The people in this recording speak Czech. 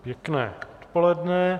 Pěkné odpoledne.